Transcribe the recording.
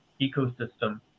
ecosystem